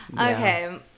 Okay